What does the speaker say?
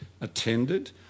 attended